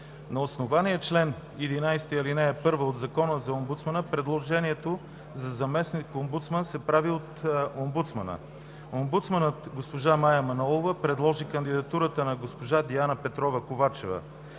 На основание чл. 11, ал. 1 от Закона за омбудсмана предложението за заместник-омбудсман се прави от омбудсмана. Омбудсманът госпожа Мая Манолова предложи кандидатурата на госпожа Диана Петрова Ковачева.